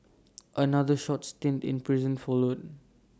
another short stint in prison followed